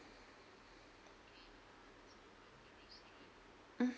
mm